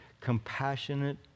compassionate